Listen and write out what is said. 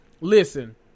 Listen